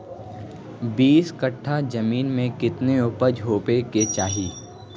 बीस कट्ठा जमीन में कितने उपज होबे के चाहिए?